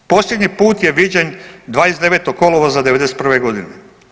Posljednji put je viđen 29. kolovoza '91. godine.